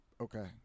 okay